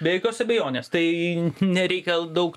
be jokios abejonės tai nereikia daug